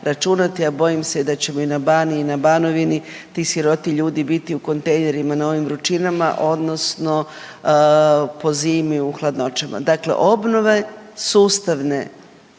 a bojim se i da ćemo i na Baniji i Banovini ti siroti ljudi biti u kontejnerima na ovim vrućinama odnosno po zimi u hladnoćama. Dakle, obnove sustavne